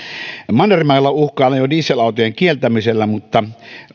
mannermailla uhkaillaan jo dieselautojen kieltämisellä mutta